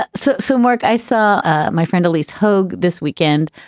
ah so so, mark, i saw ah my friend elise hogue this weekend.